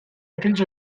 aquells